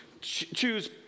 choose